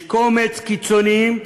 יש קומץ קיצוניים,